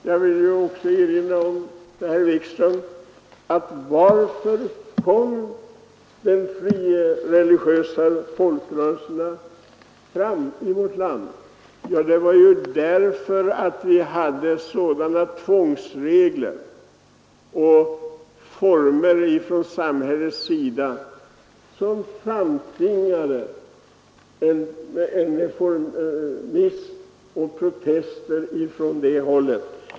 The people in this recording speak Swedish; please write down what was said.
Jag vill också erinra om att anledningen till att de frireligiösa folkrörelserna uppstod i vårt land var av samhället påbjudna regler och former som föranledde protester och reformism.